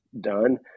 done